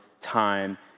time